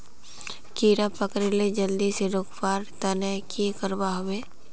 कीड़ा पकरिले जल्दी से रुकवा र तने की करवा होबे?